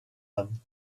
them